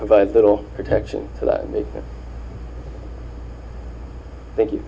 provide little protection for that and they think